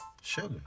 Sugar